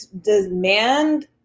demand